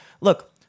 look